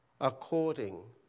according